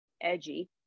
edgy